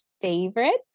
favorites